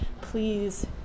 please